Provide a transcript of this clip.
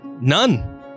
None